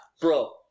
bro